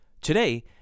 Today